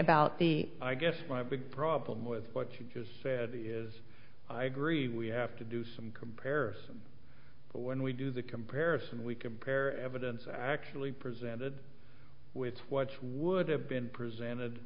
about the i guess my big problem with what you just said is i agree we have to do some comparison but when we do the comparison we compare evidence actually presented with what's would have been presented